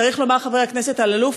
צריך לומר, חבר הכנסת אלאלוף,